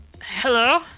Hello